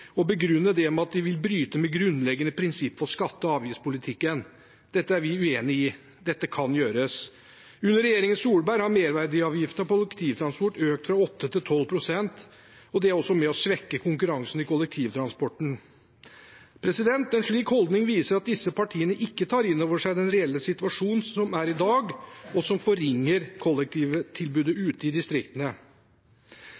det med at det vil bryte med grunnleggende prinsipper i skatte- og avgiftspolitikken. Dette er vi uenig i. Dette kan gjøres. Under regjeringen Solberg har merverdiavgiften for kollektivtransport økt fra 8 til 12 pst., og det er også med på å svekke konkurransen i kollektivtransporten. En slik holdning viser at disse partiene ikke tar inn over seg den reelle situasjonen som er i dag, og som forringer kollektivtilbudet